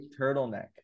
turtleneck